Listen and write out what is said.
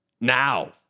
Now